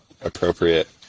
appropriate